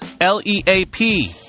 L-E-A-P